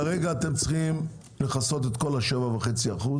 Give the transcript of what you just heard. כרגע אתם צריכים לכסות את כל העלייה של 7.5%,